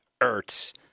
Ertz